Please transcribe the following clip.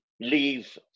leave